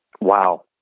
Wow